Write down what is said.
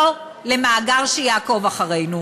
לא למאגר שיעקוב אחרינו.